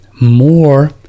more